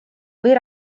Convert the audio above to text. või